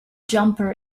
jumper